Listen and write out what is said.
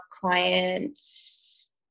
clients